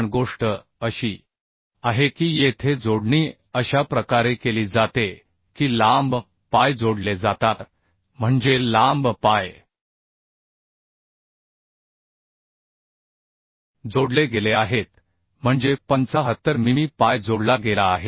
पण गोष्ट अशी आहे की येथे जोडणी अशा प्रकारे केली जाते की लांब पाय जोडले जातात म्हणजे लांब पाय जोडले गेले आहेत म्हणजे 75 मिमी पाय जोडला गेला आहे